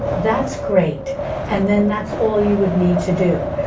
that's great and then that's all you would need to do.